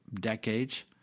decades